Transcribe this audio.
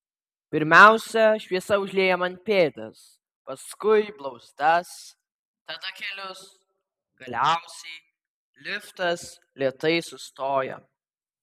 pirmiausia šviesa užlieja man pėdas paskui blauzdas tada kelius galiausiai liftas lėtai sustoja